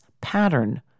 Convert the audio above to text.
pattern